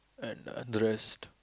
and and rest